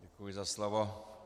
Děkuji za slovo.